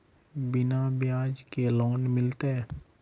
बिना ब्याज के लोन मिलते?